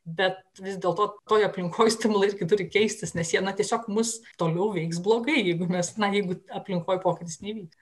bet vis dėl to toj aplinkoj stimulai ir turi keistis nes jie tiesiog mus toliau veiks blogai jeigu mes na jeigu aplinkoj poktis nevyksta